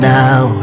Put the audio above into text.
now